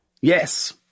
Yes